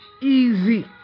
easy